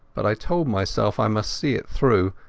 but i told myself i must see it through,